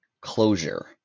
closure